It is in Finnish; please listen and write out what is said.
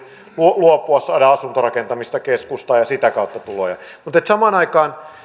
luopua saada asuntorakentamista keskustaan ja sitä kautta tuloja mutta samaan aikaan